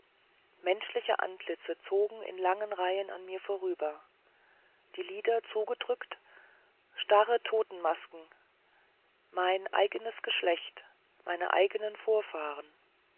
menschliche antlitze zogen in langen reihen an mir vorüber die lider zugedrückt starre totenmasken mein eigenes geschlecht meine eigenen vorfahren